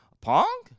Pong